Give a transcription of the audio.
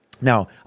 Now